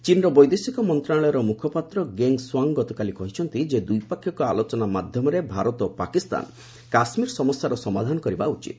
ଚୀନର ବୈଦେଶିକ ମନ୍ତ୍ରଣାଳୟର ମୁଖପାତ୍ର ଗେଙ୍ଗ୍ ସ୍ୱାଙ୍ଗ୍ ଗତକାଲି କହିଛନ୍ତି ଯେ ଦ୍ୱିପାକ୍ଷିକ ଆଲୋଚନା ମାଧ୍ୟମରେ ଭାରତ ଓ ପାକିସ୍ତାନ କାଶ୍ମୀର ସମସ୍ୟାର ସମାଧାନ କରିବା ଉଚିତ